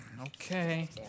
Okay